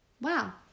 wow